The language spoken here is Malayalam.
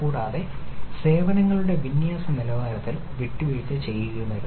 കൂടാതെ സേവനങ്ങളുടെ വിന്യാസ നിലവാരത്തിൽ വിട്ടുവീഴ്ച ചെയ്യരുത്